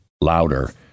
louder